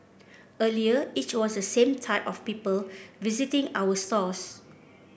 earlier it was the same type of people visiting our stores